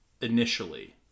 initially